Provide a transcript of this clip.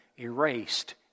erased